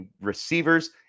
receivers